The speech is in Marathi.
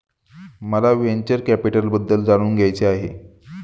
मला व्हेंचर कॅपिटलबद्दल जाणून घ्यायचे आहे